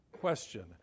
Question